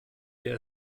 der